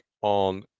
on